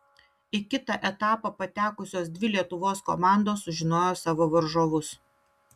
į kitą etapą patekusios dvi lietuvos komandos sužinojo savo varžovus